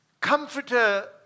comforter